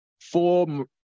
Four